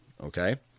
Okay